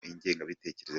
ingengabitekerezo